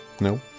no